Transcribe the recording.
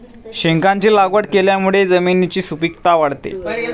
शेंगांची लागवड केल्यामुळे जमिनीची सुपीकता वाढते